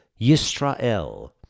Yisrael